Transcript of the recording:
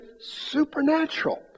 supernatural